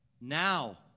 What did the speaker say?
Now